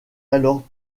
alors